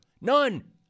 none